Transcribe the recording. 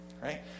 right